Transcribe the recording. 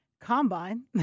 combine